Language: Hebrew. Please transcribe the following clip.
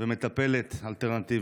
ומטפלת אלטרנטיבית.